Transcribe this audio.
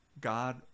God